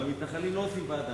ההצעה להעביר את הנושא לוועדה